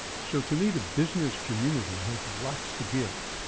so, to me the business community has lots to give.